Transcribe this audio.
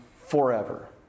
forever